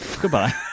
Goodbye